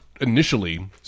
Initially